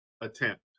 attempt